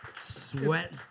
Sweat